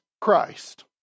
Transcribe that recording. Christ